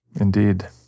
Indeed